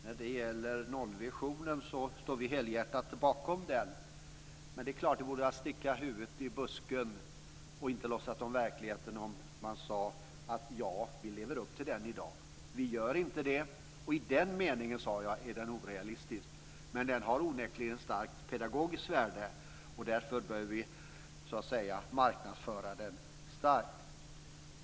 Fru talman! Nollvisionen står vi helhjärtat bakom, men det vore att sticka huvudet i busken och inte låtsas om verkligheten om man sade att ja, vi lever upp till den i dag. Vi gör inte det, och i den meningen sade jag att den var orealistisk. Men den har onekligen ett starkt pedagogiskt värde. Därför bör vi marknadsföra den starkt.